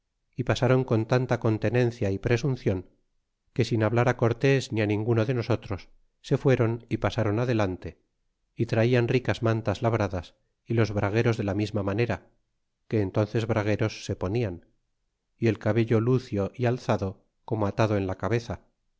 y pasaron con tanta contenencia y presuncion que sin hablar cortes ni ninguno de nosotrps se fueron é pasaron delante y traian ricas mantas labradas y los bragueros de la misma manera que entnces bragueros se ponian y el cabello lucio é alzado como atado en la cabeza